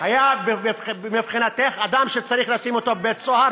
כי את אומרת דברים, הערת.